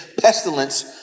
pestilence